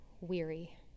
weary